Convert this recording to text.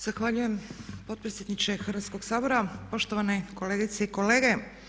Zahvaljujem potpredsjedniče Hrvatskog sabora, poštovane kolegice i kolege.